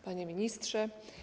Panie Ministrze!